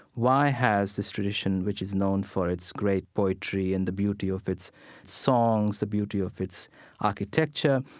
why has this tradition, which is known for its great poetry and the beauty of its songs, the beauty of its architecture,